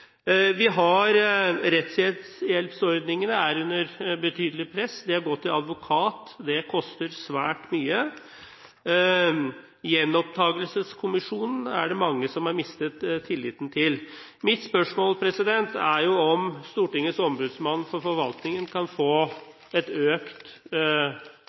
er under betydelig press. Det å gå til advokat koster svært mye. Gjenopptakelseskommisjonen er det mange som har mistet tilliten til. Mitt spørsmål er om Stortingets ombudsmann for forvaltningen kan